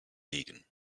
legen